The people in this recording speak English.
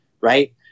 right